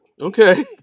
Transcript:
Okay